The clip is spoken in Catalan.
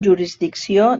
jurisdicció